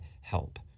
help